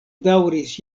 daŭris